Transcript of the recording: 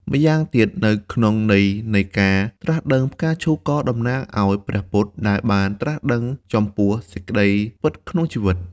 ម្យ៉ាងទៀតនៅក្នុងន័យនៃការត្រាស់ដឹងផ្កាឈូកក៏តំណាងឲ្យ ព្រះពុទ្ធ ដែលបានត្រាស់ដឹងចំពោះសេចក្ដីពិតក្នុងជីវិត។